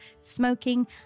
smoking